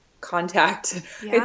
contact